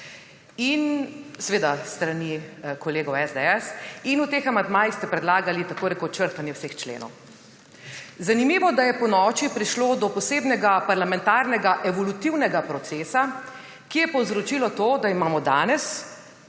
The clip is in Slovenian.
seveda s strani kolegov SDS, in v teh amandmajih ste predlagali tako rekoč črtanje vseh členov. Zanimivo, da je ponoči prišlo do posebnega parlamentarnega evolutivnega procesa, ki je povzročil to, da imamo danes